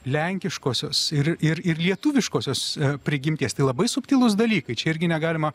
lenkiškosios ir ir lietuviškosios prigimties tai labai subtilūs dalykai čia irgi negalima